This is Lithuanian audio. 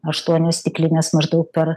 aštuonios stiklinės maždaug per